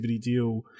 deal